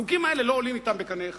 החוקים האלה לא עולים אתם בקנה אחד.